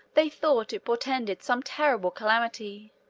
they thought it portended some terrible calamity.